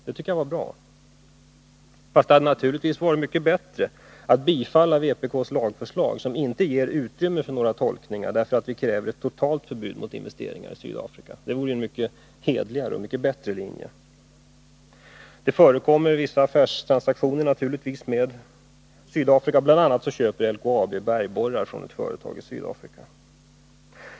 Det tycker jag var bra, även om det naturligtvis hade varit mycket bättre om folkpartiet hade stött vpk:s lagförslag, vilket inte ger utrymme för några tolkningsproblem, eftersom vi kräver ett totalt förbud mot investeringar i Sydafrika. Att införa ett totalförbud är ju att driva en mycket hederligare och bättre linje. Nu förekommer det från svensk sida fortfarande vissa affärstransaktioner med Sydafrika. Bl. a. köper LKAB bergborrar från ett sydafrikanskt företag.